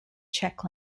czech